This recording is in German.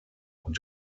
und